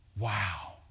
Wow